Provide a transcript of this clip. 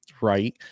Right